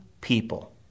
people